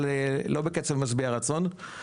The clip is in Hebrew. אבל לא בקצב משביע רצון,